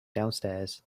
downstairs